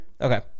Okay